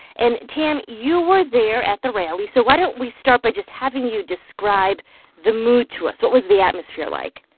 and, tam, you were there at the rally. so why don't we start by just having you describe the mood to us. what was the atmosphere like?